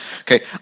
okay